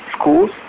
schools